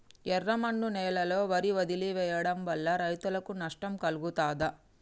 ఎర్రమన్ను నేలలో వరి వదిలివేయడం వల్ల రైతులకు నష్టం కలుగుతదా?